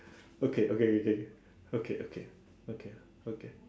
okay okay okay okay okay okay okay okay okay